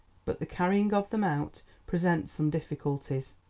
but the carrying of them out presents some difficulties.